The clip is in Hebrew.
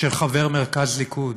אצל חבר מרכז ליכוד.